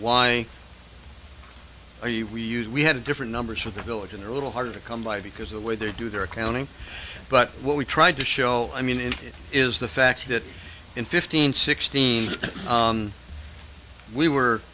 why or you we used we had a different numbers for the village in a little harder to come by because the way they do their accounting but what we tried to show i mean in it is the fact that in fifteen sixteen we were